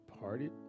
parted